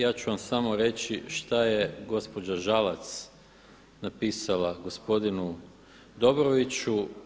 Ja ću vam samo reći šta je gospođa Žalac napisala gospodinu Dobroviću.